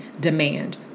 demand